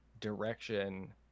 direction